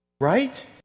Right